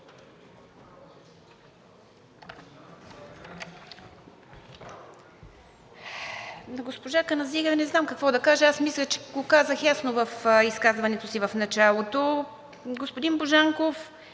Аз мисля, че го казах ясно в изказването си в началото.